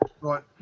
Right